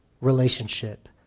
relationship